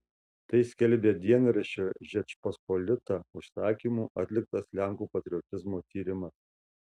tai skelbia dienraščio žečpospolita užsakymu atliktas lenkų patriotizmo tyrimas